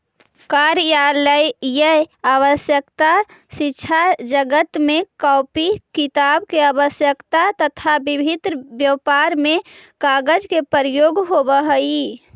कार्यालयीय आवश्यकता, शिक्षाजगत में कॉपी किताब के आवश्यकता, तथा विभिन्न व्यापार में कागज के प्रयोग होवऽ हई